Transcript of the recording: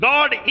God